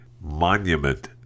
monument